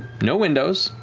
no windows,